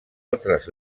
altres